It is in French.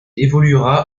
évoluera